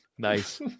Nice